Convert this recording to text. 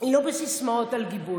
היא לא בסיסמאות על גיבוי.